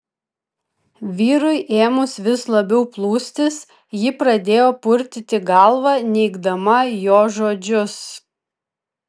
vyrui ėmus vis labiau plūstis ji pradėjo purtyti galvą neigdama jo žodžius